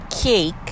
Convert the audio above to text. cake